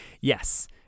Yes